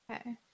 Okay